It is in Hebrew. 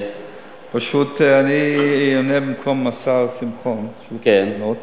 פשוט אני עונה במקום השר שמחון, הוא צריך לענות,